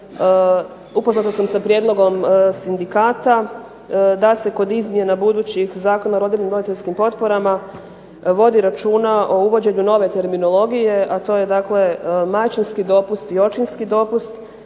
upoznata sam sa prijedlogom sindikata, da se kod izmjena budućih Zakona o rodiljnim i roditeljskim potporama vodi računa o uvođenju nove terminologije a to je dakle majčinski dopust i očinski dopust